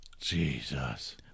Jesus